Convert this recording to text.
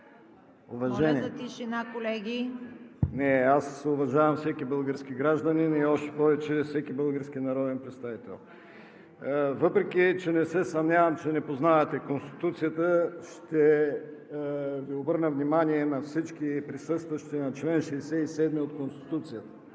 Моля за тишина, колеги! МИЛЕН МИХОВ: Не. Аз уважавам всеки български гражданин и още повече всеки български народен представител. Въпреки че не се съмнявам, че не познавате Конституцията, ще обърна внимание на всички присъстващи на чл. 67 от Конституцията: